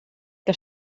que